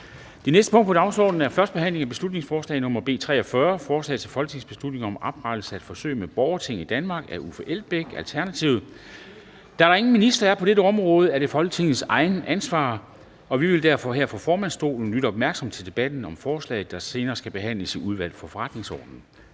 Det næste punkt på dagsordenen er: 5) 1. behandling af beslutningsforslag nr. B 43: Forslag til folketingsbeslutning om oprettelse af forsøg med et borgerting i Danmark. Af Uffe Elbæk (ALT) m.fl. (Fremsættelse 26.11.2019). Kl. 11:32 Forhandling Formanden (Henrik Dam Kristensen): Da der ingen minister er på dette område, er det Folketingets eget ansvar, og vi vil derfor her på formandsstolen lytte opmærksomt til debatten om forslaget, der senere skal behandles i Udvalget for Forretningsordenen.